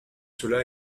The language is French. cela